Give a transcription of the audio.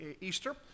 Easter